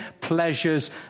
pleasures